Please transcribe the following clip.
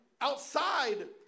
outside